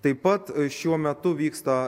taip pat šiuo metu vyksta